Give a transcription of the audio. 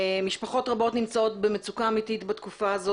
משפחות רבות נמצאות במצוקה אמיתית בתקופה הזאת